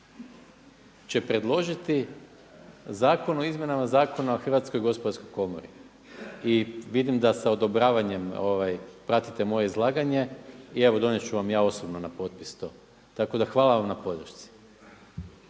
će predložiti Zakon o izmjenama Zakona o Hrvatskoj gospodarskoj komori. I vidim da sa odobravanjem pratite moje izlaganje i evo donijet ću vam ja osobno na potpis to. Tako da hvala vam na podršci.